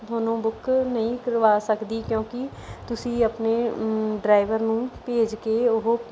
ਤੁਹਾਨੂੰ ਬੁੱਕ ਨਹੀਂ ਕਰਵਾ ਸਕਦੀ ਕਿਉਂਕਿ ਤੁਸੀਂ ਆਪਣੇ ਡਰਾਇਵਰ ਨੂੰ ਭੇਜ ਕੇ ਉਹ